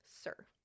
sir